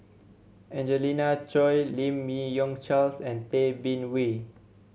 Angelina Choy Lim Yi Yong Charles and Tay Bin Wee